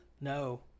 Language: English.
No